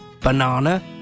banana